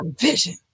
vision